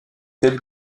elle